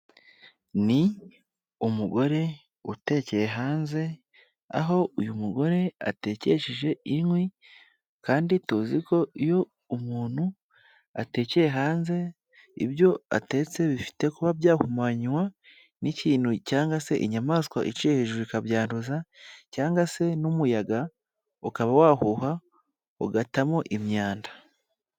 Ni umugore utekeye hanze, aho uyu mugore atekesheje inkwi kandi tuzi ko iyo umuntu atekeye hanze ibyo atetse bifite kuba byahumanywa n'ikintu cyangwa se inyamaswa iciye hejuru ikabyanduza cyangwa se n'umuyaga ukaba wahuha ugatamo imyanda.